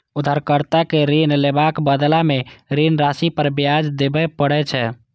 उधारकर्ता कें ऋण लेबाक बदला मे ऋण राशि पर ब्याज देबय पड़ै छै